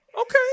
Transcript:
Okay